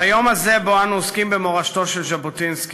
ביום הזה, שבו אנו עוסקים במורשתו של ז'בוטינסקי,